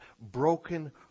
broken